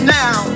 now